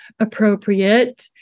appropriate